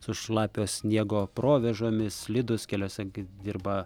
su šlapio sniego provėžomis slidūs keliuose g dirba